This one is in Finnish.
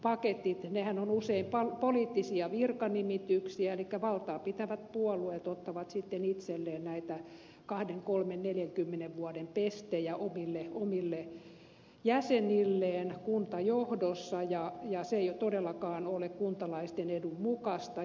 nämä virkamiespaketit ovat usein poliittisia virkanimityksiä elikkä valtaa pitävät puolueet ottavat sitten itselleen näitä kahden kolmen neljänkymmenen vuoden pestejä omille jäsenilleen kuntajohdossa ja se ei todellakaan ole kuntalaisten edun mukaista